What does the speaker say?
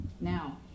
Now